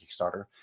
Kickstarter